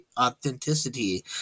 Authenticity